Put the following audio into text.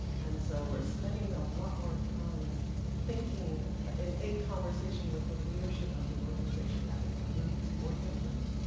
and so, we're spending a lot more time thinking, and in conversation with the leadership of the organization, that includes board members,